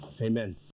Amen